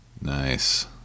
Nice